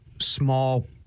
small